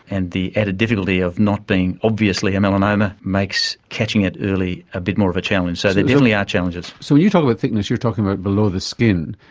and the added difficulty of not being obviously a melanoma makes catching it early a bit more of a challenge. so there definitely are challenges. so when you talk about thickness you're talking about below the skin.